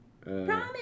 Promise